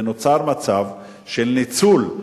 ונוצר מצב של ניצול,